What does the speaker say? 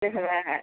त्यसो भए